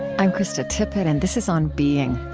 i'm krista tippett, and this is on being.